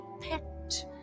pet